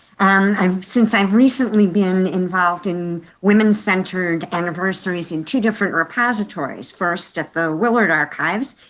um since i have recently been involved in women's centered anniversaries in two different repositories, first at the willard archives,